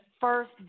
first